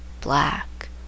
Black